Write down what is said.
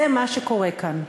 זה מה שקורה כאן.